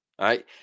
right